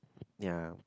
ya